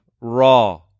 raw